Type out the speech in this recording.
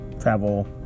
travel